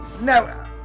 No